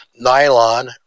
nylon